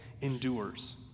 endures